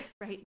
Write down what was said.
right